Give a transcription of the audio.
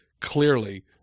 clearly